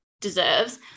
deserves